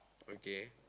okay